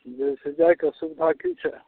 जैसे जाइकऽ सुबिधा की छै